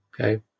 Okay